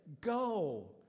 Go